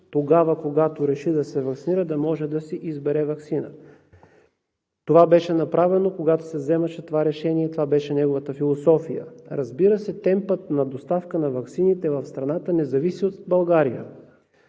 тогава, когато реши да се ваксинира, да може да избере ваксина. Това беше направено, когато се вземаше това решение. Това беше неговата философия. Разбира се, темпът на доставка на ваксините в страната не зависи от България.